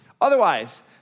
Otherwise